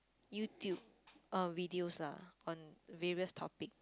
YouTube uh videos lah on various topic